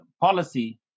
policy